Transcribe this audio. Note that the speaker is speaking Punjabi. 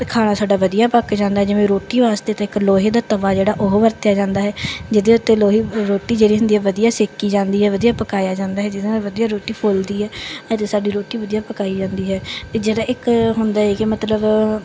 ਖਾਣਾ ਸਾਡਾ ਵਧੀਆ ਪੱਕ ਜਾਂਦਾ ਜਿਵੇਂ ਰੋਟੀ ਵਾਸਤੇ ਤਾਂ ਇੱਕ ਲੋਹੇ ਦਾ ਤਵਾ ਜਿਹੜਾ ਉਹ ਵਰਤਿਆਂ ਜਾਂਦਾ ਹੈ ਜਿਹਦੇ ਉੱਤੇ ਲੋਹੇ ਰੋਟੀ ਜਿਹੜੀ ਹੁੰਦੀ ਹੈ ਵਧੀਆ ਸੇਕੀ ਜਾਂਦੀ ਹੈ ਵਧੀਆ ਪਕਾਇਆ ਜਾਂਦਾ ਹੈ ਜਿਹਦੇ ਨਾਲ ਵਧੀਆ ਰੋਟੀ ਫੁੱਲਦੀ ਹੈ ਅਤੇ ਸਾਡੀ ਰੋਟੀ ਵਧੀਆ ਪਕਾਈ ਜਾਂਦੀ ਹੈ ਅਤੇ ਜਿਹੜਾ ਇੱਕ ਹੁੰਦਾ ਹੈ ਕੇ ਮਤਲਬ